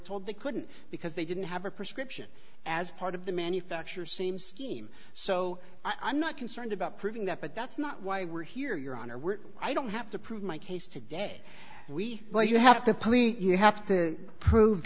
told they couldn't because they didn't have a prescription as part of the manufacture seems team so i'm not concerned about proving that but that's not why we're here your honor i don't have to prove my case today we know you have the police you have to prove